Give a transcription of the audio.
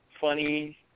funny